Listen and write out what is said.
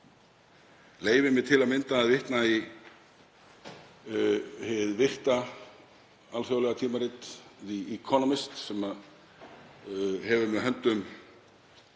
leyfi mér til að mynda að vitna í hið virta alþjóðlega tímarit The Economist sem hefur með höndum